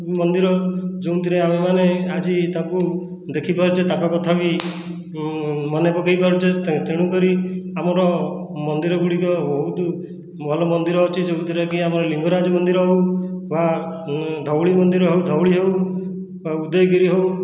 ମନ୍ଦିର ଯେଉଁଥିରେ ଆମେମାନେ ଆଜି ତାକୁ ଦେଖିପାରୁଛେ ତାଙ୍କ କଥା ବି ମନେ ପକାଇପାରୁଛେ ତେଣୁ କରି ଆମର ମନ୍ଦିର ଗୁଡ଼ିକ ବହୁତ ଭଲ ମନ୍ଦିର ଅଛି ଯେଉଁଥିରେକି ଆମର ଲିଙ୍ଗରାଜ ମନ୍ଦିର ହେଉ ବା ଧଉଳି ମନ୍ଦିର ହେଉ ଧଉଳି ହେଉ ବା ଉଦୟଗିରି ହେଉ